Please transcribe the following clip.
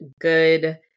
good